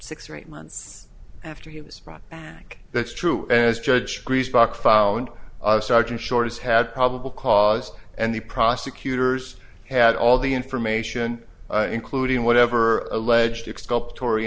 six or eight months after he was brought back that's true as judge grease box found sergeant shortest had probable cause and the prosecutors had all the information including whatever alleged